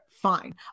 Fine